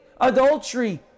adultery